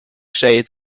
shades